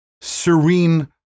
serene